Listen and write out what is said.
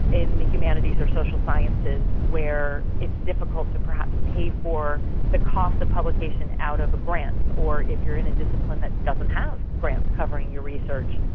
in the humanities or social sciences where it is difficult to perhaps pay for the costs of publication out of a grant, or if you're in a discipline that doesn't have grants covering your research,